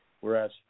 Whereas